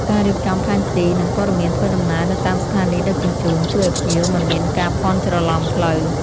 ការរៀបចំផែនទី និងព័ត៌មានធ្វើដំណើរនៅតាមស្ថានីយដឹកជញ្ជូន ជួយឱ្យភ្ញៀវមិនមានការភ័ន្តច្រឡំផ្លូវ។